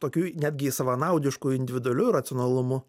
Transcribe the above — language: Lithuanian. tokiu netgi savanaudišku individualiu racionalumu